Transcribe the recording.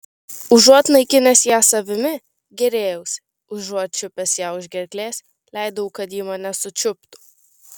užuot naikinęs ją savimi gėrėjausi užuot čiupęs ją už gerklės leidau kad ji mane sučiuptų